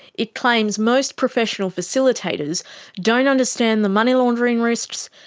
it claims most professional facilitators don't understand the money laundering risks,